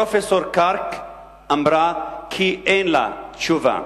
פרופסור קרק אמרה כי אין לה תשובה.